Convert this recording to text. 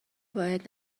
باید